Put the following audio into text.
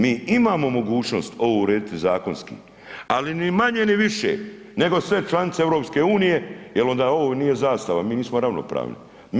Mi imamo mogućnost ovo urediti zakonski, ali ni manje ni više nego sve članice EU jel onda ovo nije zastava, mi nismo ravnopravni.